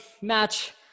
Match